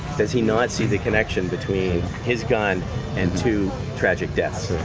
does he not see the connection between his gun and two tragic deaths?